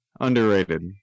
underrated